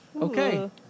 Okay